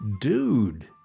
dude